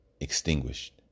extinguished